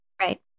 Right